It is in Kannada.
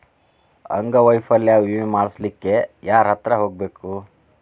ಅಂಗವೈಫಲ್ಯ ವಿಮೆ ಮಾಡ್ಸ್ಲಿಕ್ಕೆ ಯಾರ್ಹತ್ರ ಹೊಗ್ಬ್ಖು?